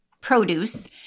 produce